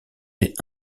nées